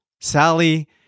Sally